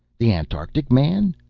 the antarctic man!